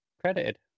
credited